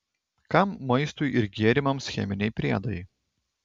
kam maistui ir gėrimams cheminiai priedai